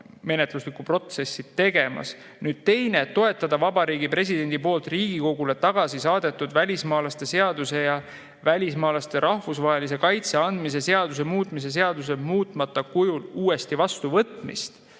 menetluslikku protsessi tegemas. Teiseks, toetada Vabariigi Presidendi poolt Riigikogule tagasi saadetud välismaalaste seaduse ja välismaalasele rahvusvahelise kaitse andmise seaduse muutmise seaduse muutmata kujul uuesti vastuvõtmist.